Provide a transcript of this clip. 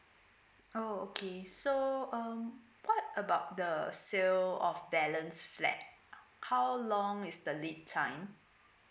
oh okay so um what about the sale of balance flat how long is the lead time